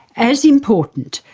as important,